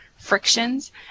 frictions